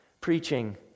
Preaching